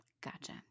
Gotcha